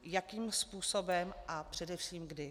Jakým způsobem a především kdy?